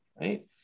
right